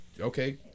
okay